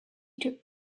took